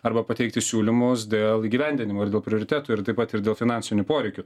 arba pateikti siūlymus dėl įgyvendinimo ir dėl prioritetų ir taip pat ir dėl finansinių poreikių